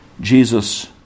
Jesus